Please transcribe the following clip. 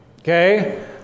okay